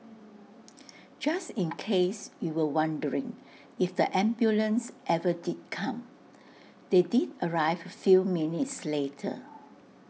just in case you were wondering if the ambulance ever did come they did arrive A few minutes later